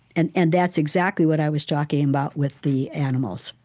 and and that's exactly what i was talking about with the animals,